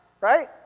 right